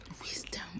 Wisdom